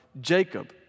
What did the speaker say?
Jacob